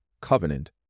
covenant